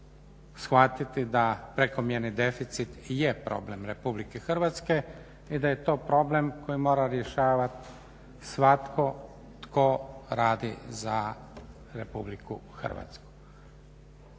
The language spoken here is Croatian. shvatiti da prekomjerni deficit je problem RH i da je to problem koji mora rješavati svatko tko radi za RH. Vlada Republike Hrvatske